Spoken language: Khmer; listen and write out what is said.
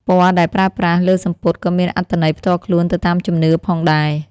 ពណ៌ដែលប្រើប្រាស់លើសំពត់ក៏មានអត្ថន័យផ្ទាល់ខ្លួនទៅតាមជំនឿផងដែរ។